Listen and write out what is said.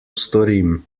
storim